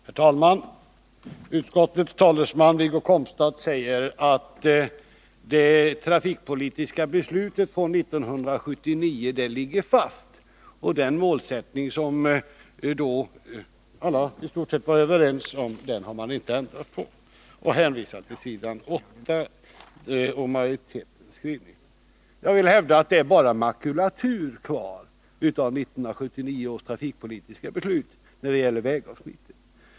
Herr talman! Utskottets talesman Wiggo Komstedt säger att det trafikpolitiska beslutet från 1979 ligger fast och att den målsättning som då i stort sett alla var överens om inte har ändrats. Han hänvisar till utskottsmajoritetens skrivning på s. 8i betänkandet. Jag vill hävda att det bara är makulatur kvar av 1979 års trafikpolitiska beslut när det gäller vägavsnittet.